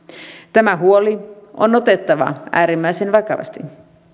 tämä huoli on otettava äärimmäisen vakavasti